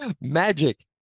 magic